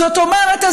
זאת אומרת,